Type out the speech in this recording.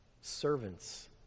servants